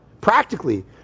practically